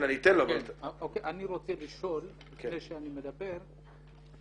אני רוצה לשאול לפני שאני מדבר,